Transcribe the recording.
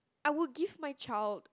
I would give my child